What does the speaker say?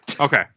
Okay